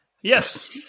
Yes